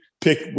pick